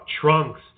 trunks